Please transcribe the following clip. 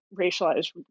racialized